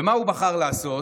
ומה הוא בחר לעשות?